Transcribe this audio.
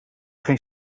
geen